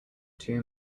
two